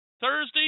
Thursday